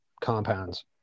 compounds